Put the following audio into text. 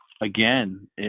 again